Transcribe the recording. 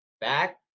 Back